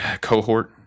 cohort